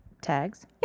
tags